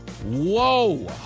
Whoa